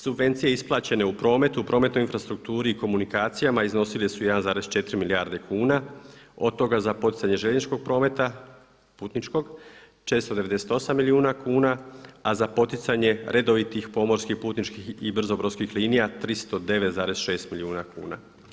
Subvencije isplaćene u prometu, u prometnoj infrastrukturi i komunikacijama iznosili su 1,4 milijarde kuna, od toga za poticanje željezničko prometa putničkog 498 milijuna kuna a za poticanje redovitih pomorskih putničkih i brzobrodskih linija 309,6 milijuna kuna.